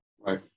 Right